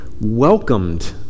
welcomed